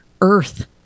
earth